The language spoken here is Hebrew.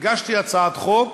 הגשתי הצעת חוק